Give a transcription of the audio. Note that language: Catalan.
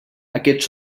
aquests